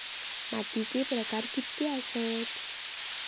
मातीचे प्रकार कितके आसत?